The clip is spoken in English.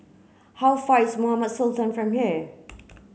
how far is Mohamed Sultan Road from here